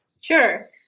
Sure